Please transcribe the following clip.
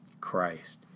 Christ